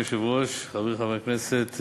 אדוני היושב-ראש, תודה, חברי חברי הכנסת,